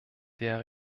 der